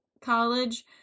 college